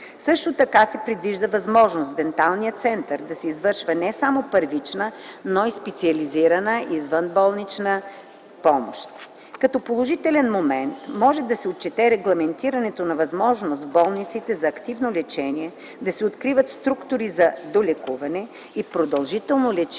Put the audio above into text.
Също така се предвижда възможност в денталния център да се извършва не само първична, но и специализирана извънболнична помощ. Като положителен момент може да се отчете регламентирането на възможност в болници за активно лечение да се откриват структури за долекуване и продължително лечение